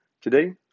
Today